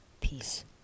peace